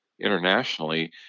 internationally